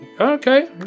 okay